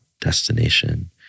destination